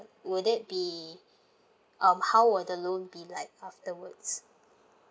will that be um how will the loan be like afterwards